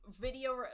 video